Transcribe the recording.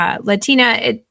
Latina